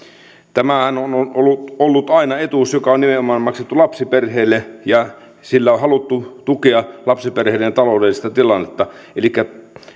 tämähän on ollut ollut aina etuus joka on nimenomaan maksettu lapsiperheille ja sillä on haluttu tukea lapsiperheiden taloudellista tilannetta elikkä